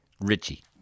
Richie